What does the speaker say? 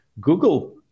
Google